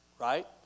right